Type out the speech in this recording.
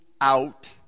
out